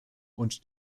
und